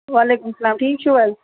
وعلیکُم السلام ٹھیٖک چھُو حظ